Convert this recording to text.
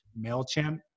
MailChimp